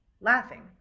laughing